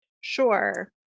Sure